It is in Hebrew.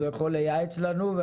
הוא יכול לייעץ לנו.